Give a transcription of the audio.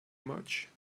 much